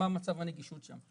מה מצב הנגישות שם,